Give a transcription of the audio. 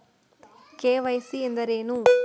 KYC ಎಂದರೇನು?